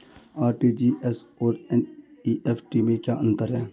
RTGS और NEFT में क्या अंतर है?